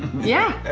yeah.